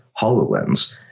HoloLens